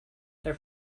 there